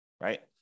right